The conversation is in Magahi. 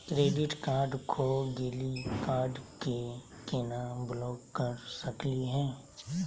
क्रेडिट कार्ड खो गैली, कार्ड क केना ब्लॉक कर सकली हे?